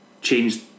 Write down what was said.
change